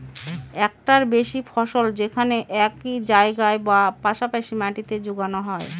একটার বেশি ফসল যেখানে একই জায়গায় বা পাশা পাশি মাটিতে যোগানো হয়